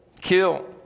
kill